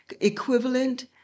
equivalent